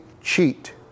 cheat